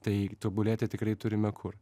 tai tobulėti tikrai turime kur